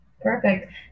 Perfect